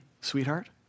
sweetheart